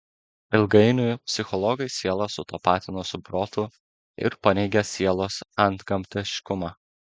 ilgainiui psichologai sielą sutapatino su protu ir paneigė sielos antgamtiškumą